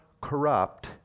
corrupt